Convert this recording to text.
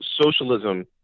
socialism